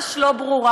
ממש לא ברורה.